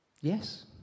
Yes